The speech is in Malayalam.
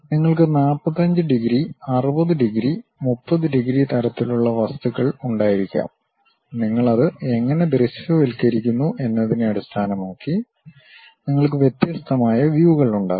നിങ്ങൾക്ക് 45 ഡിഗ്രി 60 ഡിഗ്രി 30 ഡിഗ്രി തരത്തിലുള്ള വസ്തുക്കൾ ഉണ്ടായിരിക്കാം നമ്മൾ അത് എങ്ങനെ ദൃശ്യവൽക്കരിക്കുന്നു എന്നതിനെ അടിസ്ഥാനമാക്കി നിങ്ങൾക്ക് വ്യത്യസ്തമായ വ്യൂകൾ ഉണ്ടാകും